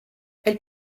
elle